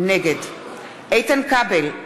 נגד איתן כבל,